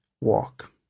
walk